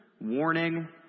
warning